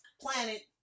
planet